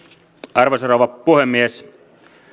arvoisa rouva puhemies